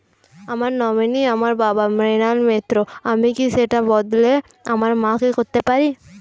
আমার নমিনি আমার বাবা, মৃণাল মিত্র, আমি কি সেটা বদলে আমার মা কে করতে পারি?